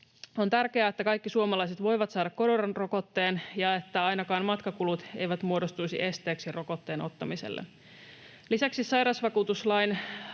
On tärkeää, että kaikki suomalaiset voivat saada koronarokotteen ja että ainakaan matkakulut eivät muodostuisi esteeksi rokotteen ottamiselle. Lisäksi sairausvakuutuslain